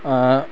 आ